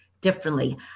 differently